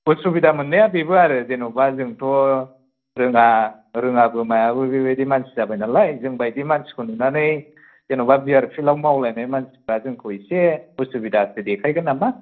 असुबिदा मोननाया बेबो आरो जेन'बा जोंथ' रोङा रोङाबो मायाबो बेबायदि मानसि जाबाय नालाय जोंबायदि मानसिखौ नुनानै जेन'बा बिआरपिएलआव मावलायनाय मानसिफ्रा जोंखौ इसे असुबिदासो देखायगोन नामा